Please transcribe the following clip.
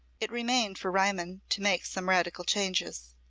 it remained for riemann to make some radical changes.